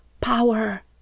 power